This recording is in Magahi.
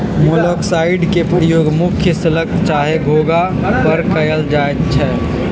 मोलॉक्साइड्स के प्रयोग मुख्य स्लग चाहे घोंघा पर कएल जाइ छइ